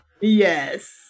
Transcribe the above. Yes